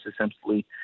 essentially